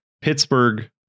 Pittsburgh